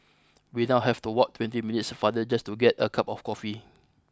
we now have to walk twenty minutes farther just to get a cup of coffee